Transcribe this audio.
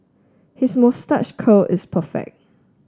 his moustache curl is perfect